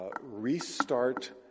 restart